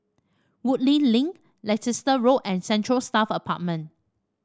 Woodleigh Link Leicester Road and Central Staff Apartment